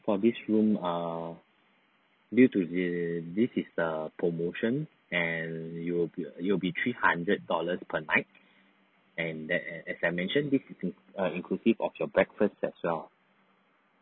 for this room err due to the this is a promotion and it will be it will be three hundred dollars per night and that as as I mentioned this is err inclusive of your breakfast as well